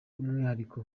umwihariko